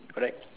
correct